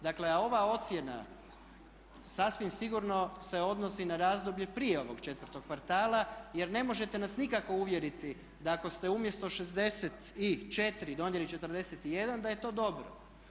Dakle, a ova ocjena sasvim sigurno se odnosi na razdoblje prije ovog četvrtog kvartala jer ne možete nas nikako uvjeriti da ako ste umjesto 64 donijeli 41 da je to dobro.